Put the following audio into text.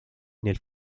nel